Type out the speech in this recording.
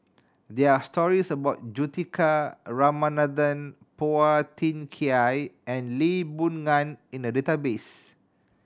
there are stories about Juthika Ramanathan Phua Thin Kiay and Lee Boon Ngan in the database